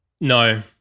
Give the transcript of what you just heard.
No